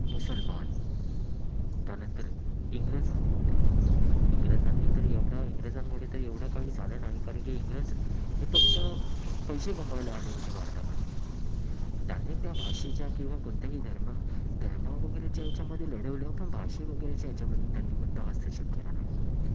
मुसलमान त्यानंतर इंग्रज आले होते इंग्रजांनी तर एवढा इंग्रजांमुळे तर एवढं काही झालं नाही कारण की इंग्रज हे फक्त पैसे कमवायला आले होते भारतामध्ये त्यांनी त्या भाषेच्या किंवा कोणत्याही धर्मा धर्म वगैरेच्या याच्यामधे लढवलं पण भाषे वगैरेच्या याच्यामध्ये त्यांनी कोणता हस्तक्षेप केला नाही